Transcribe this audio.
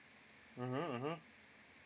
mmhmm mmhmm